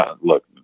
look